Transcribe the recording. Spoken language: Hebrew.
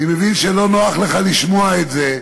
אני מבין שלא נוח לך לשמוע את זה,